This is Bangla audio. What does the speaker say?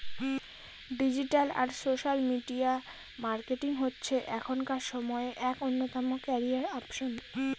ডিজিটাল আর সোশ্যাল মিডিয়া মার্কেটিং হচ্ছে এখনকার সময়ে এক অন্যতম ক্যারিয়ার অপসন